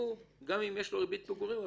שגם אם יש להם ריבית פיגורים,